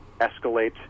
escalate